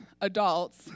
adults